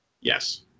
Yes